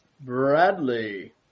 Bradley